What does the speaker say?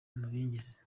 amabengeza